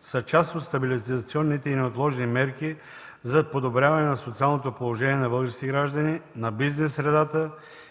са част от стабилизационните и неотложни мерки за подобряване на социалното положение на българските граждани, на бизнес средата и